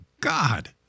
God